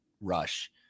rush